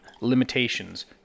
limitations